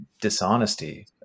dishonesty